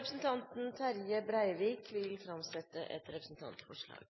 Representanten Terje Breivik vil framsette et representantforslag.